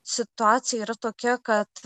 situacija yra tokia kad